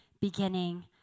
beginning